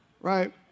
Right